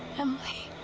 emily